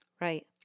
Right